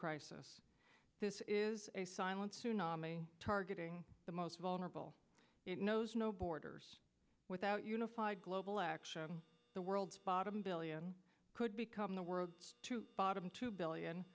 crisis this is a silent tsunami targeting the most vulnerable it knows no borders without unified global action the world's bottom billion could become the world to bottom two billion